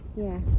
Yes